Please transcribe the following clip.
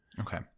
Okay